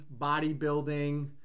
bodybuilding